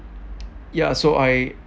ya so I